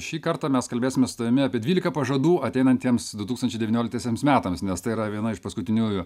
šį kartą mes kalbėsimės su tavimi apie dvylika pažadų ateinantiems du tūkstančiai devynioliktiesiems metams nes tai yra viena iš paskutiniųjų